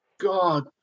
God